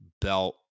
belt